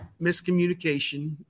miscommunication